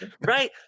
Right